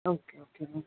okay okay ma'am